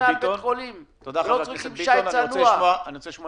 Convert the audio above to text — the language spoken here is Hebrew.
צוותים רפואיים בבית חולים מקבלים 100%. אני אומר לך,